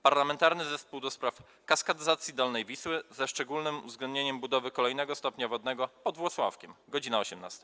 Parlamentarnego Zespołu do spraw kaskadyzacji dolnej Wisły ze szczególnym uwzględnieniem budowy kolejnego stopnia wodnego pod Włocławkiem - godz. 18.